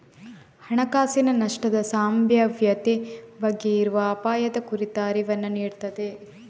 ಹಣಕಾಸಿನ ನಷ್ಟದ ಸಂಭಾವ್ಯತೆ ಬಗ್ಗೆ ಇರುವ ಅಪಾಯದ ಕುರಿತ ಅರಿವನ್ನ ನೀಡ್ತದೆ